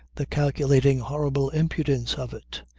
the calculating horrible impudence of it!